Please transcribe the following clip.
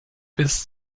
bis